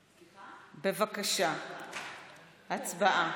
בבקשה, הצבעה.